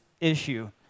issue